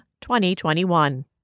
2021